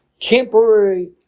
temporary